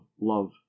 love